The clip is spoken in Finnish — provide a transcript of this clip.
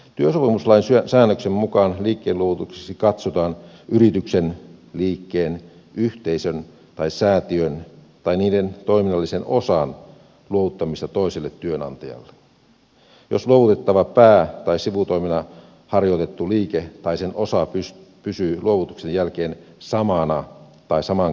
työsopimuslain säännöksen mukaan liikkeenluovutukseksi katsotaan yrityksen liikkeen yhteisön tai säätiön tai niiden toiminnallisen osan luovuttamista toiselle työnantajalle jos luovutettava pää tai sivutoimena harjoitettu liike tai sen osa pysyy luovutuksen jälkeen samana tai samankaltaisena